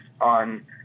on